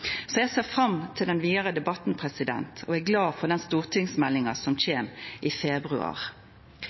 Så eg ser fram til den vidare debatten og er glad for den stortingsmeldinga som kjem i februar.